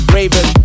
Raven